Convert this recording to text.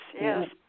yes